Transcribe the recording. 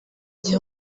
gihe